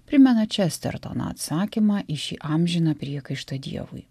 primena čestertoną atsakymą į šį amžiną priekaištą dievui